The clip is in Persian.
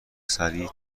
سریع